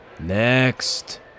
NEXT